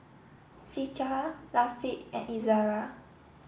Citra Latif and Izzara